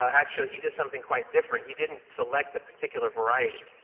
actually, he did something quite different. he didn't select a particular variety.